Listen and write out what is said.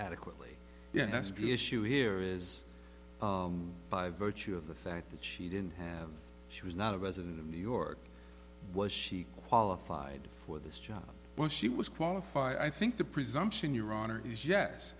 adequately yeah that's d issue here is by virtue of the fact that she didn't have she was not a resident of new york was she qualified for this job when she was qualified i think the presumption your honor is yes